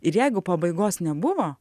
ir jeigu pabaigos nebuvo